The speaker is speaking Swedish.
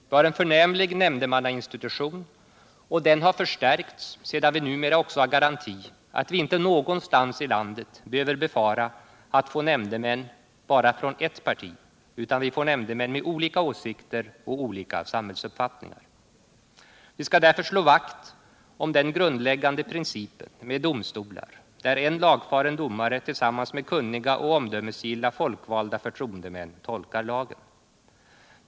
Vi har en förnämlig nämndemannainstitution och den har förstärkts sedan vi numera också har garantiatt vi inte någonstans i landet behöver befara att få nämndemän bara från ett parti, utan vi får nämndemän med olika åsikter och olika samhällsuppfattningar. Vi skall därför slå vakt om den grundläggande principen med domstolar där en lagfaren domare tillsammans med kunniga och omdömesgilla folkvalda förtroendemän tolkar lagen.